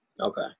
Okay